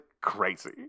crazy